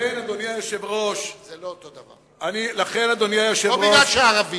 זה לא אותו הדבר, לא בגלל ערבים.